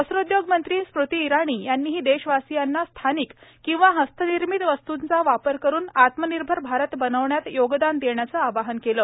वस्त्रोद्योग मंत्री स्मृती इराणी यांनीही देशवासीयांना स्थानिक किंवा हस्तनिर्मित वस्तूंचा वापर करून आत्मनिर्भर भारत बनविण्यात योगदान देण्याचे आवाहन केले आहे